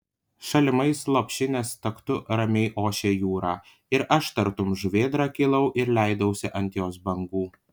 šalimais lopšinės taktu ramiai ošė jūra ir aš tartum žuvėdra kilau ir leidausi ant jos bangų